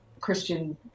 Christian